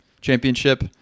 championship